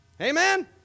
Amen